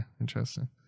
Interesting